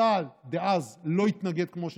צה"ל דאז לא התנגד כמו שצריך.